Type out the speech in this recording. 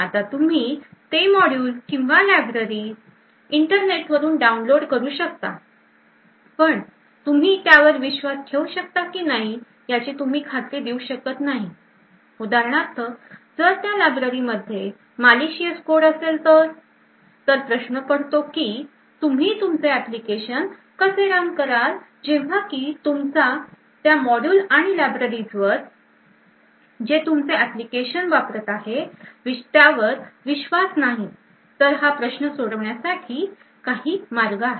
आता तुम्ही ते मॉड्यूल किंवा लाइब्ररी इंटरनेटवरून डाऊनलोड करू शकता पण तुम्ही त्यावर विश्वास ठेवू शकता की नाही याची तुम्ही खात्री देऊ शकत नाही उदाहरणार्थ जर त्या लायब्ररीमध्ये malicious code असेल तर तर प्रश्न पडतो कि तुम्ही तुमचे एप्लीकेशन कसे रन कराल जेव्हा की तुमचा त्या मॉड्यूल आणि लाइब्ररीझ जे तुमचे एप्लिकेशन वापरत आहे त्यावर विश्वास नाही तर हा प्रश्न सोडवण्यासाठी काही मार्ग आहेत